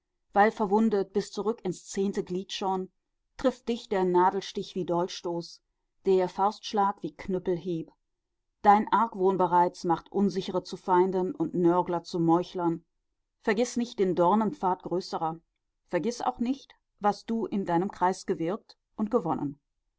weil verwundet bis zurück ins zehnte glied schon trifft dich der nadelstich wie dolchstoß der faustschlag wie knüppelhieb dein argwohn bereits macht unsichere zu feinden und nörgler zu meuchlern vergiß nicht den dornenpfad größerer vergiß auch nicht was du in deinem kreis gewirkt und gewonnen